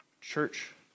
Church